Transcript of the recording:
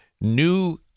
new